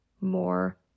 more